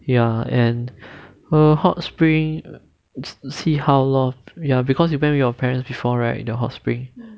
ya and err hot spring see how lor ya because you went with your parents before right the hot spring